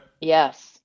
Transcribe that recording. yes